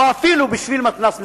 או אפילו בשביל מתנ"ס מסובסד.